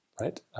right